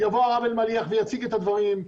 יבוא הרב אלמליח ויציג את הדברים,